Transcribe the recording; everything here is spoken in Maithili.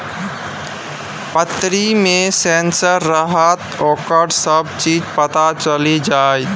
पतरी मे सेंसर रहलासँ ओकर सभ चीज पता चलि जाएत